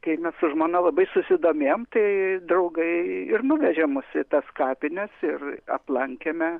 kai mes su žmona labai susidomėjom tai draugai ir nuvežė mus į tas kapines ir aplankėme